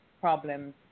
problems